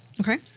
Okay